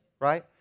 Right